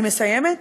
אני מסיימת.